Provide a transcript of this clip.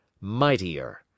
mightier